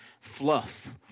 fluff